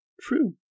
true